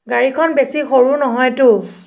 গাড়ীখন বেছি সৰু নহয়তো